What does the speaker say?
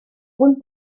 und